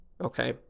okay